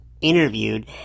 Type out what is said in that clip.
interviewed